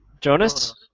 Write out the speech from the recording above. Jonas